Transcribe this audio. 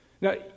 now